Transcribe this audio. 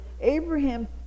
Abraham